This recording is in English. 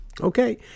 okay